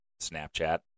Snapchat